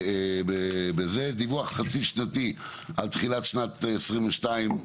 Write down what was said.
דיווח חצי-שנתי על תחילת שנת 2022,